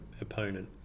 opponent